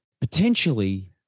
potentially